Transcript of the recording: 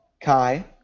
Kai